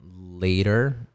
later